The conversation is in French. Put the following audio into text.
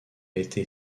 été